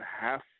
half